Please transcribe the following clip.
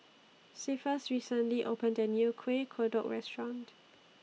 Cephus recently opened A New Kueh Kodok Restaurant